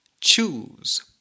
choose